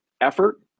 effort